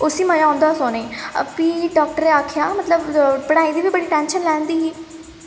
उस्सी मजा औंदा हा सोने फ्ही डाक्टरै आखेआ मतलब पढ़ाई दी बी बड़ी टैंशन लैंदी ही